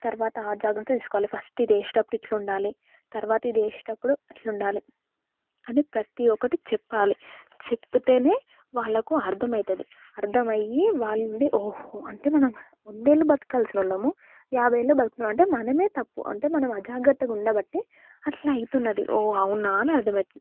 తర్వాత ఆ జాగ్రత్త తీసుకోవాలి ఫస్ట్ ఇది వేసేటప్పుడు ఇట్ల ఉండాలి తర్వాత ఇది వేసేటప్పుడు ఇట్ల ఉండాలి అని ప్రతి ఒక్కటి చెప్పాలి చెప్పితే వాళ్ళకు అర్థమవుతుంది అర్థమయి వాళ్ళ నుండి ఓహో అంటే మనం వంద ఏళ్లు బతకాల్సిన వాళ్ళము యాభై ఏళ్ళు బతుకుతున్నాం అంటే మనదే తప్పు అంటే మన అజాగ్రత్తగా ఉండబట్టి అట్ల అవుతున్నది ఓ అవునా అని అర్థమవుతుంది